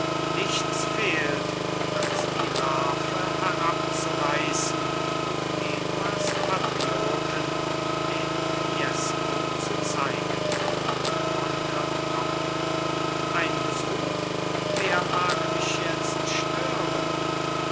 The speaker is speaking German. nichts fehlt als die larve herabzureißen und genuas patrioten den fiesco zu zeigen man hört kommen ein besuch wer mag mich jetzt stören